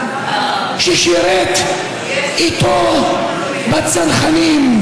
ששירת איתו בצנחנים,